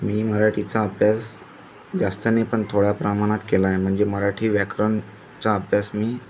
मी मराठीचा अभ्यास जास्त नाही पण थोड्या प्रमाणात केला आहे म्हणजे मराठी व्याकरणचा अभ्यास मी